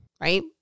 Right